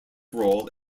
role